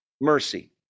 mercy